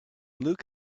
luke